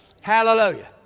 Hallelujah